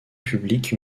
publique